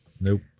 nope